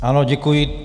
Ano, děkuji.